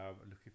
looking